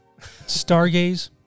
Stargaze